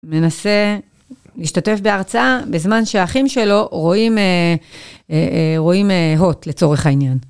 מנסה להשתתף בהרצאה בזמן שהאחים שלו רואים הוט לצורך העניין.